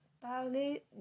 parler